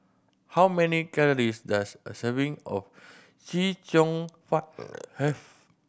how many calories does a serving of Chee Cheong Fun have